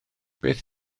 beth